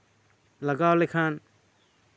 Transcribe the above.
ᱞᱟᱜᱟᱣ ᱞᱮᱠᱷᱟᱱ